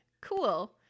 cool